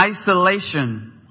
isolation